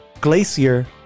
Glacier